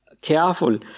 careful